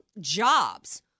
jobs